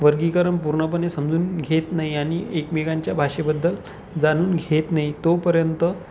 वर्गीकरण पूर्णपणे समजून घेत नाही आणि एकमेकांच्या भाषेबद्दल जाणून घेत नाही तोपर्यंत